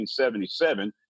1977